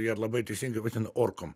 jie ir labai teisingai vadina orkom